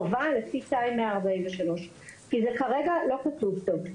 חובה לפי 2.143. כי זה כרגע לא כתוב טוב.